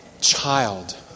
Child